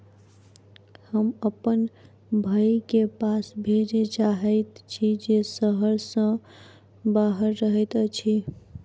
हम अप्पन भयई केँ पाई भेजे चाहइत छि जे सहर सँ बाहर रहइत अछि